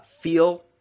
feel